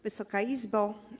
Wysoka Izbo!